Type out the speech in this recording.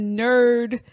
nerd